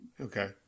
Okay